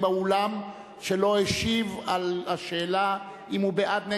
באולם שלא השיב על השאלה אם הוא בעד,